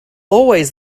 always